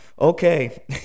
Okay